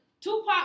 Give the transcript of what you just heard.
Tupac